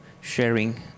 sharing